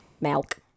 Milk